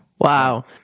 wow